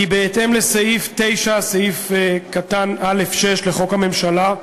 בהתאם לסעיף 9(א)(6) לחוק הממשלה,